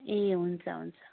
ए हुन्छ हुन्छ